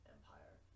Empire